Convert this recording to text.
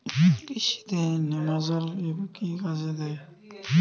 কৃষি তে নেমাজল এফ কি কাজে দেয়?